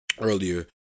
earlier